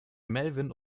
melvin